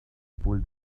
pulled